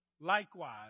likewise